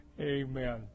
Amen